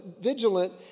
vigilant